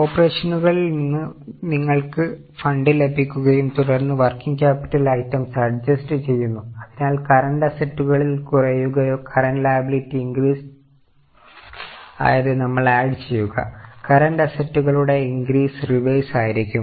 ഓപ്പറേഷനുകളിൽ നിന്ന് നിങ്ങൾക്ക് ഫണ്ട് ലഭിക്കുകയും തുടർന്ന് വർക്കിങ് ക്യാപിറ്റൽ ഐറ്റംസ് അഡ്ജസ്റ്റ് ചെയ്യുന്നു അതിനാൽ കറന്റ് അസറ്റുകളിൽ കുറയുകയോ കറന്റ് ലാബിലിറ്റി ഇൻക്രീസ് ആയിരിക്കും